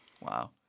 Wow